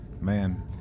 Man